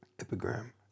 Epigram